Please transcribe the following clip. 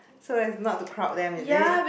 so as not to crowd them is it